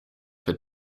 for